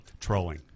Trolling